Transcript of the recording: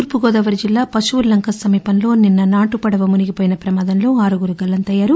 తూర్పుగోదావరి జిల్లా పశువుల్లంక సమీపంలో నిన్న నాటు పడవ మునిగిన ప్రమాదంలో ఆరుగురు గల్లంతయ్వారు